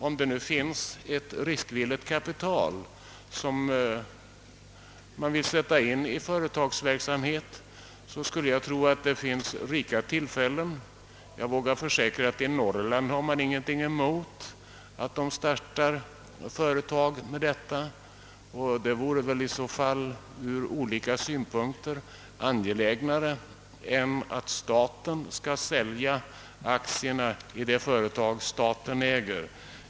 Om det nu finns ett riskvilligt kapital att sätta in i verksamheten, skulle jag tro att det erbjuds rika tillfällen att placera detta kapital. Jag vågar försäkra att man i Norrland inte har någonting emot att företag startas. Det vore väl ur olika synpunkter angelägnare att starta sådana företag än att staten säljer aktierna i de företag den äger.